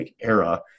era